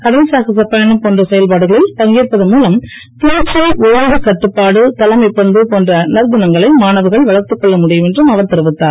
கடல் சாகசப் பயணம் போன்ற செயல்பாடுகளில் பங்கேற்பதன் மூலம் துணிச்சல் ஒழுங்குக் கட்டுப்பாடு தலைமைப் பண்பு போன்ற நற்குணங்களை மாணவர்கள் வளர்த்துக்கொள்ள முடியும் என்றும் அவர் தெரிவித்தார்